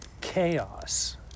chaos